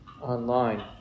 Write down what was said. online